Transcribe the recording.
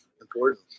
important